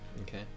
okay